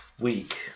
week